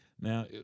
Now